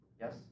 Yes